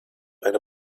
eine